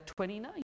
29